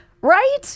right